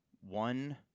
one